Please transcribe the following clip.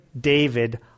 David